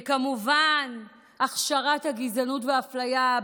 וכמובן הכשרת הגזענות והאפליה,